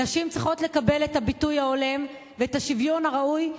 נשים צריכות לקבל את הביטוי ההולם ואת השוויון הראוי,